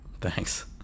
Thanks